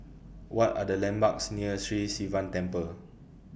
What Are The landmarks near Sri Sivan Temple